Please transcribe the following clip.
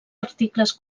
articles